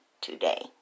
today